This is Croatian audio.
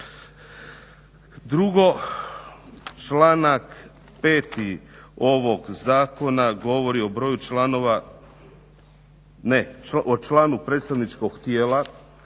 Drugo, članak 5.ovogo zakona govori o članu predstavničkog tijela.